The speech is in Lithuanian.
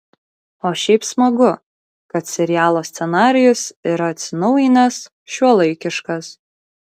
o šiaip smagu kad serialo scenarijus yra atsinaujinęs šiuolaikiškas